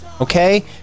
okay